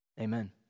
Amen